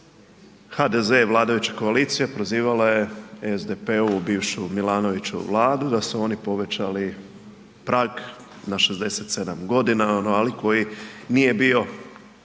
HDZ i vladajuća koalicija prozivala je SDP-ovu bivšu Milanovićevu vladu da su oni povećali prag na 67 godina, ali koji nije bio